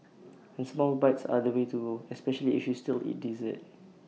and small bites are the way to especially if you still eat dessert